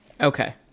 Okay